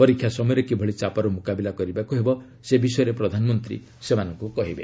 ପରୀକ୍ଷା ସମୟରେ କିଭଳି ଚାପର ମୁକାବିଲା କରିବାକୁ ହେବ ସେ ବିଷୟରେ ପ୍ରଧାନମନ୍ତ୍ରୀ କହିବେ